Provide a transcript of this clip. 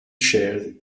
shared